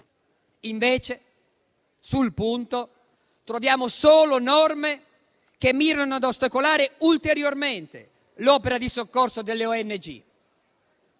invece, sul punto troviamo solo norme che mirano ad ostacolare ulteriormente l'opera di soccorso delle ONG.